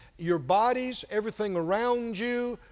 your body, everything around you,